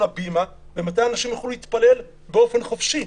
הבימה ומתי אנשים יוכלו להתפלל באופן חופשי.